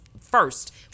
first